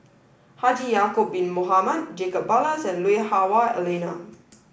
Haji Ya'acob Bin Mohamed Jacob Ballas and Lui Hah Wah Elena